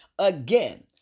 Again